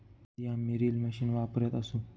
आधी आम्ही reel machine वापरत असू